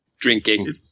drinking